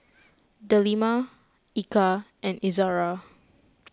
Delima Eka and Izara